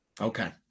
Okay